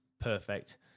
Perfect